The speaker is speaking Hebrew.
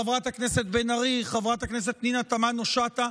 את חברת הכנסת בן ארי ואת חברת הכנסת פנינה תמנו שטה.